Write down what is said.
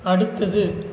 அடுத்தது